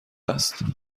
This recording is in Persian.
است